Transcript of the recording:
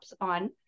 on